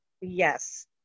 yes